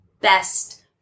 best